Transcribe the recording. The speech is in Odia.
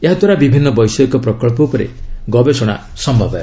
ଏହାଦ୍ୱାରା ବିଭିନ୍ନ ବୈଷୟିକ ପ୍ରକଳ୍ପ ଉପରେ ଗବେଷଣା ସମ୍ଭବ ହେବ